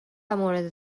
مورد